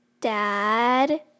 dad